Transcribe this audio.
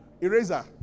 Eraser